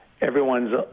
everyone's